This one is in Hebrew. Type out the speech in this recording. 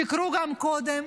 שיקרו גם קודם,